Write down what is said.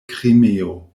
krimeo